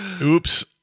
oops